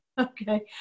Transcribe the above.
Okay